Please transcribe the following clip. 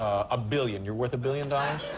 a billion. you're worth a billion dollars?